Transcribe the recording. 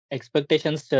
Expectations